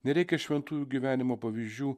nereikia šventųjų gyvenimo pavyzdžių